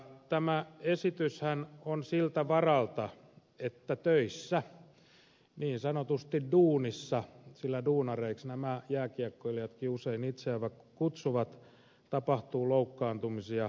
tämä esityshän on siltä varalta että töissä niin sanotusti duunissa sillä duunareiksi nämä jääkiekkoilijatkin usein itseään kutsuvat tapahtuu loukkaantumisia